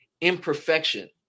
Imperfection